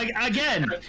Again